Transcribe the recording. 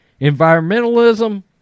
environmentalism